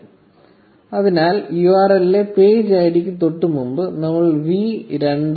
1452 അതിനാൽ URL ലെ page ഐഡിക്ക് തൊട്ടുമുമ്പ് നമ്മൾ v 2